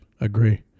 Agree